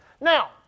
Now